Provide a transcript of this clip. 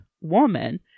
woman